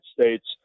States